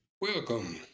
Welcome